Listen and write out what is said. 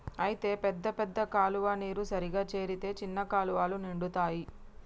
అయితే పెద్ద పెద్ద కాలువ నీరు సరిగా చేరితే చిన్న కాలువలు నిండుతాయి